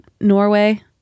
norway